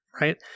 right